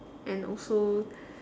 and also